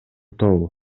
тобу